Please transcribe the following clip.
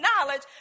knowledge